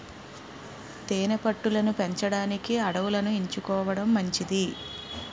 తేనె పట్టు లను పెంచడానికి అడవులను ఎంచుకోవడం మంచిది